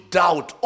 doubt